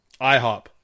IHOP